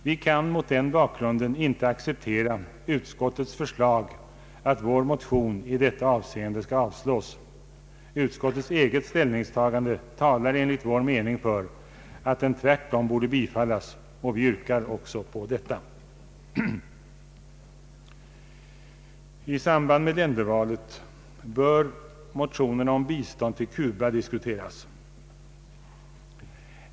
Vi kan mot denna bakgrund inte acceptera utskottets förslag att vår motion i detta avseende skall avslås. Utskottets eget ställningstagande talar enligt vår mening för att den tvärtom borde bifallas. Vi yrkar på detta. I samband med ländervalet bör motionerna om bistånd till Cuba diskuteras.